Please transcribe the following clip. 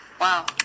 Wow